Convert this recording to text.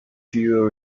you